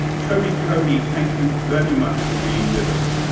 tony coady, thank you very much for being with us.